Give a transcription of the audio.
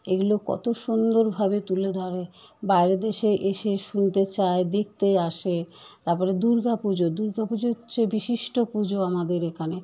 এগুলো কত সুন্দরভাবে তুলে ধরে বাইরের দেশে এসে শুনতে চায় দেখতে আসে তারপরে দূর্গা পুজো দূর্গা পুজোর হচ্ছে বিশিষ্ট পুজো আমাদের এখানে